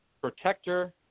protector